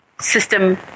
system